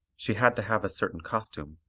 she had to have a certain costume,